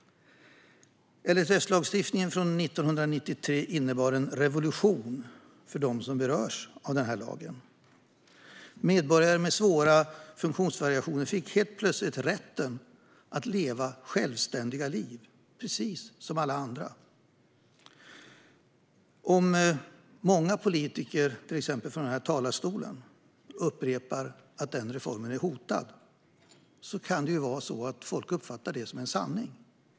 LSS-lagstiftningen från 1993 innebar en revolution för dem som berörs av lagen. Medborgare med svåra funktionsvariationer fick helt plötsligt rätten att leva självständiga liv, precis som alla andra. Om många politiker, till exempel från denna talarstol, upprepar att denna reform är hotad kan folk uppfatta det som en sanning.